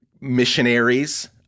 missionaries